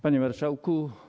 Panie Marszałku!